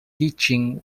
teaching